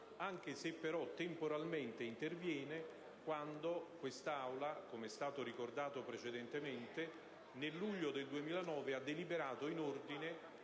anche se temporalmente interviene quando quest'Assemblea - come è stato ricordato precedentemente - nel luglio del 2009 ha deliberato in ordine